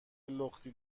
لختی